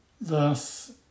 Thus